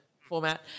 format